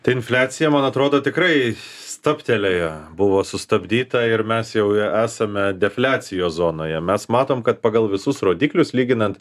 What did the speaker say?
tai infliacija man atrodo tikrai stabtelėjo buvo sustabdyta ir mes jau esame defliacijos zonoje mes matom kad pagal visus rodiklius lyginant